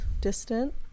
Distant